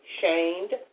shamed